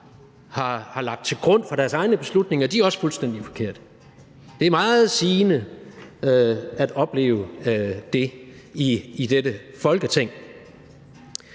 har lagt til grund for deres egne beslutninger, er også fuldstændig forkerte. Det er meget sigende at opleve det i dette Folketing.